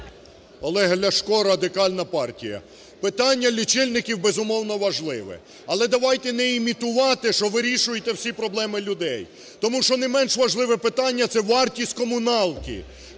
Олег Ляшко, Радикальна партія. Питання лічильників, безумовно, важливе. Але давайте не імітувати, що вирішуєте всі проблеми людей, тому що не менше важливе питання – це вартість комуналки,